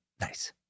Nice